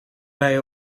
wij